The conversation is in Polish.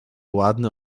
ładny